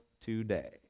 today